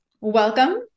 Welcome